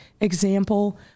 example